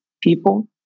people